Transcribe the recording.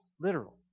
literal